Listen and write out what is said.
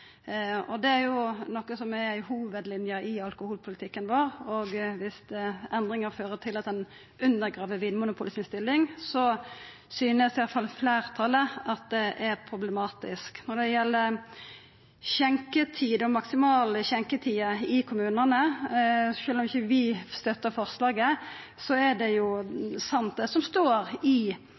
stilling. Det er jo ei hovudlinje i alkoholpolitikken vår, og dersom endringar fører til at ein undergrev Vinmonopolets stilling, synest iallfall fleirtalet at det er problematisk. Når det gjeld skjenketid og den maksimale skjenketida i kommunane: Sjølv om vi ikkje støttar forslaget, er det sant, det som står i